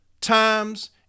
times